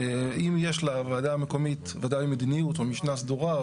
אם יש לוועדה המקומית ודאי מדיניות או משנה סדורה,